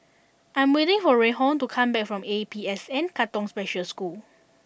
I am waiting for Reinhold to come back from A P S N Katong Special School